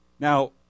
Now